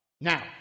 Now